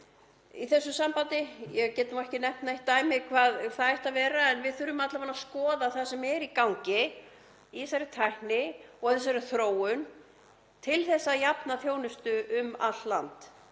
í þessu sambandi. Ég get ekki nefnt neitt dæmi um hvað það ætti að vera en við þurfum alla vega að skoða það sem er í gangi í þeirri tækni og í þessari þróun til að jafna þjónustu um allt land.